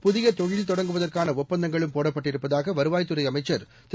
புதிய தொழில் தொடங்குவதற்கான ஒப்பந்தங்களும் போடப்பட்டிருப்பதாக வருவாய்த்துறை அமைச்சர் திரு